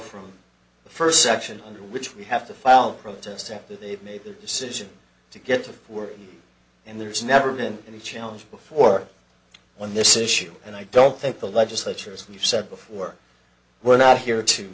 from the first section which we have to file a protest at that they've made the decision to get to work and there's never been any challenge before when this issue and i don't think the legislature as you've said before we're not here to